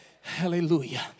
hallelujah